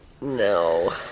No